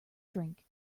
drink